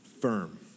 firm